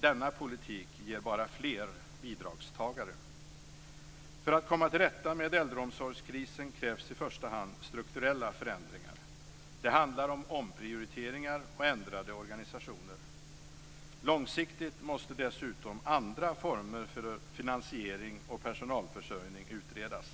Denna politik ger bara fler bidragstagare. För att komma till rätta med äldreomsorgskrisen krävs i första hand strukturella förändringar. Det handlar om omprioriteringar och ändrade organisationer. Långsiktigt måste dessutom andra former för finansiering och personalförsörjning utredas.